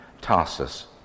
Tarsus